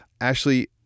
Ashley